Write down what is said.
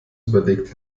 überlegt